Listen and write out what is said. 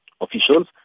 officials